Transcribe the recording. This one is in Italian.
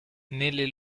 nelle